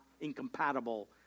incompatible